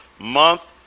month